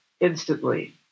instantly